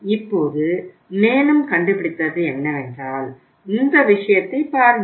இப்போது மேலும் கண்டுபிடித்தது என்னவென்றால் இந்த விஷயத்தைப் பாருங்கள்